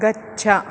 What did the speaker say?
गच्छ